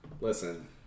Listen